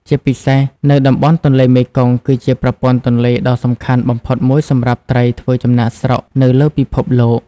ជាពិសេស នៅតំបន់ទន្លេមេគង្គ គឺជាប្រព័ន្ធទន្លេដ៏សំខាន់បំផុតមួយសម្រាប់ត្រីធ្វើចំណាកស្រុកនៅលើពិភពលោក។